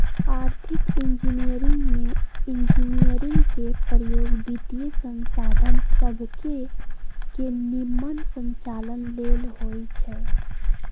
आर्थिक इंजीनियरिंग में इंजीनियरिंग के प्रयोग वित्तीयसंसाधन सभके के निम्मन संचालन लेल होइ छै